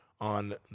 on